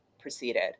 proceeded